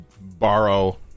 borrow